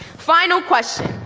final question,